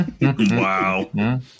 wow